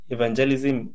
Evangelism